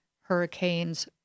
hurricanes